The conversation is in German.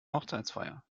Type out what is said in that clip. hochzeitsfeier